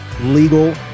legal